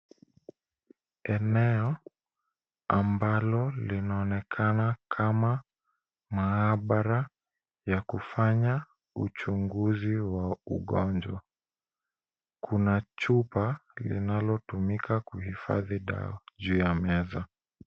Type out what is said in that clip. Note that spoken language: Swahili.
Eneo ambalo linaonekana kama maabara ya kufanya uchunguzi wa ugonjwa. Kuna chupa linalotumika kuhifadhi dawa juu ya meza.